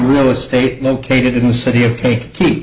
real estate located in the city of cake ke